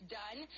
done